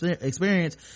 experience